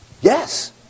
Yes